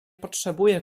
potrzebuje